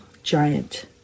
giant